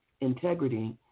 integrity